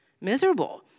Miserable